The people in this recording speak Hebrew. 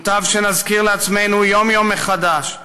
מוטב שנזכיר לעצמנו, יום-יום מחדש,